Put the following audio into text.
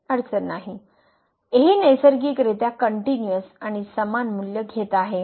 हे नैसर्गिकरित्या कनट्युनिअस आणि समान मूल्य घेत आहे